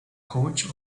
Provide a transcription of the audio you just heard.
coach